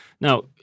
now